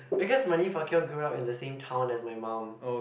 because Manny-Pacquiao grew up in the same town as my mum